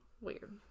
weird